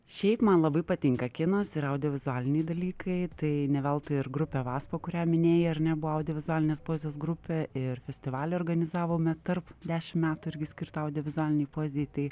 šiaip man labai patinka kinas ir audiovizualiniai dalykai tai ne veltui ir grupė vaspo kurią minėjai ar ne buvo audiovizualinės poezijos grupė ir festivalį organizavome tarp dešim metų irgi skirtą audiovizualinei poezijai tai